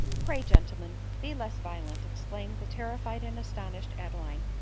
pray, gentlemen, be less violent, exclaimed the terrified and astonished adeline.